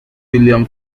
william